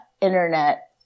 internet